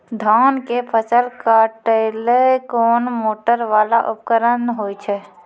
धान के फसल काटैले कोन मोटरवाला उपकरण होय छै?